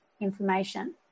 information